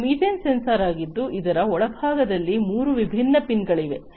ಇದು methane sensor ಆಗಿದ್ದು ಅದರ ಕೆಳಭಾಗದಲ್ಲಿ ಮೂರು ವಿಭಿನ್ನ ಪಿನ್ಗಳಿವೆ